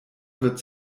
wird